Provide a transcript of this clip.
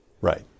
Right